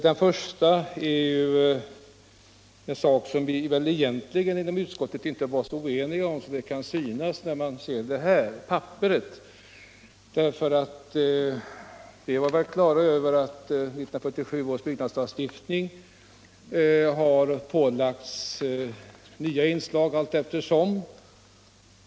I fråga om den första är vi väl inom utskottet egentligen inte så oeniga som det kan synas. Vi var väl på det klara med att 1947 års bygglagstiftning har fått nya inslag allteftersom.